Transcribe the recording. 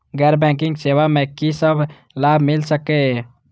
गैर बैंकिंग सेवा मैं कि सब लाभ मिल सकै ये?